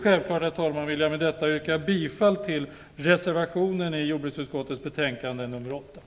Självfallet vill jag yrka bifall till reservationen i jordbruksutskottets betänkande nr 8.